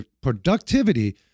productivity